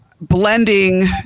Blending